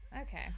Okay